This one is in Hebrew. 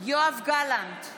יואב גלנט,